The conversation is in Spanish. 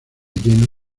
lleno